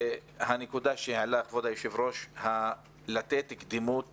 הנקודה שהעלה כבוד היושב ראש היא לתת קדימות